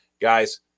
Guys